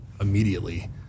immediately